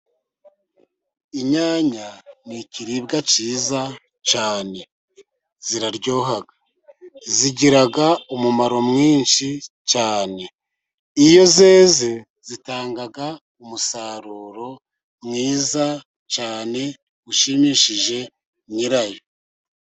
Inyanya ni ikiribwa cyiza cyane, ziraryoha, zigira umumaro mwinshi cyane, iyo zeze zitanga umusaruro mwiza cyane ushimishije nyirazo.